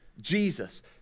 Jesus